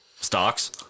Stocks